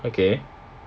okay